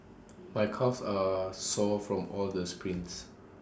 my calves are sore from all the sprints